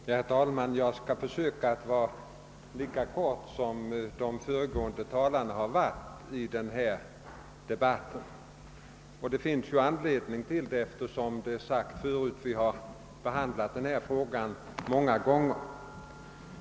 Herr talman! Jag skall försöka fatta mig lika kort som de föregående talarna i denna debatt. Det finns skäl för det, eftersom vi — som redan sagts — har behandlat denna fråga många gånger.